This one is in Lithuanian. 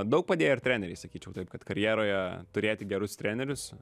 daug padėjo ir treneriai sakyčiau taip kad karjeroje turėti gerus trenerius